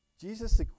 Jesus